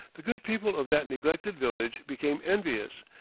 the good people of that neglected village became envious,